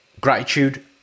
Gratitude